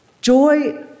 Joy